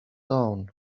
down